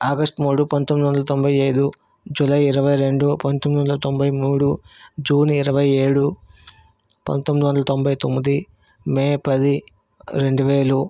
ఆగష్టు మూడు పంతొమ్మిది వందల తొంభై ఐదు జూలై ఇరవై రెండు పంతొమ్మిది వందల తొంభై మూడు జూన్ ఇరవై ఏడు పంతొమ్మిది వందల తొంభై తొమ్మిది మే పది రెండు వేలు